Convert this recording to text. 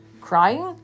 crying